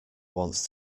wants